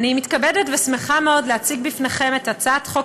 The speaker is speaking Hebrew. אני מתכבדת ושמחה מאוד להציג בפניכם את הצעת חוק